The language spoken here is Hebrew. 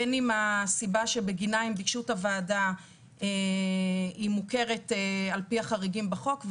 בין אם הסיבה בגינה הם ביקשו את הוועדה מוכרת על פי החריגים בחוק,